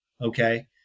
okay